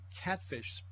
catfish